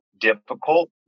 difficult